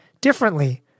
differently